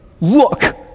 Look